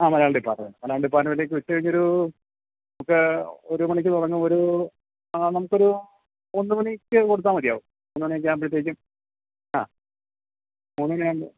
ആ മലയാളം ഡിപാർട്ട്മെൻറ് മലയാളം ഡിപാർട്ട്മെൻറിലേക്ക് ഉച്ച കഴിഞ്ഞൊരു നമുക്ക് ഒരു മണിക്ക് തുടങ്ങും ഒരു ആ നമുക്ക് മൂന്ന് മണിക്ക് കൊടുത്താൽ മതിയാകും മൂന്ന് മണിയൊക്കെ ആകുമ്പോഴത്തേക്കും ആ മൂന്ന് മണിയാകുമ്പോൾ